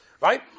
right